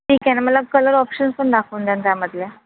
ठीक आहे ना मला कलर ऑप्शन्स पण दाखवून द्याल त्यामधल्या